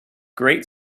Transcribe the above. great